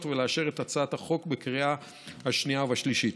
ולאשר את הצעת החוק בקריאה השנייה והשלישית.